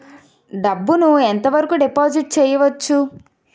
డబ్బు ను ఎంత వరకు డిపాజిట్ చేయవచ్చు?